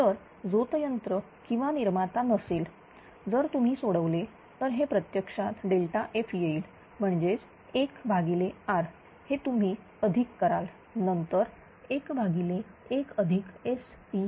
जर झोतयंत्र किंवा निर्माता नसेल जर तुम्ही सोडवले तर हे प्रत्यक्षातF येईल म्हणजे 1R हे तुम्ही अधिक कराल नंतर 11STg E